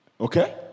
Okay